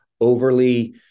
overly